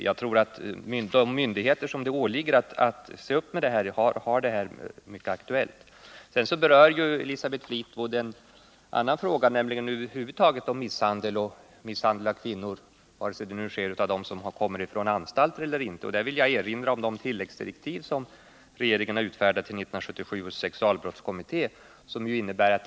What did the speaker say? Jag tror dock att de myndigheter som det åligger att se upp med det här har problemen mycket aktuella för sig. Sedan berör Elisabeth Fleetwood en annan fråga, nämligen misshandlade kvinnor över huvud taget, vare sig de misshandlas av någon som kommer ut från en anstalt eller inte. Där vill jag erinra om tilläggsdirektiven till 1977 års sexualbrottskommitté.